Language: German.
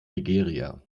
nigeria